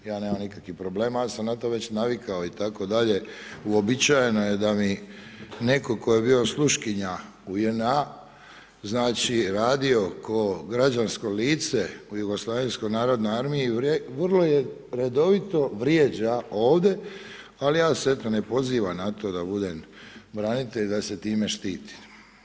Ja nemam nikakvih problema ja sam na to već navikao itd. uobičajeno je da mi netko tko je bio sluškinja u JNA, znači radio ko građansko lice u Jugoslavenskoj narodnoj armiji vrlo redovito vrijeđa ovdje, ali ja se eto ne pozivam na to da budem branitelj i da se time štitim.